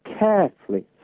carefully